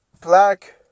black